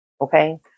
Okay